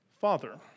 father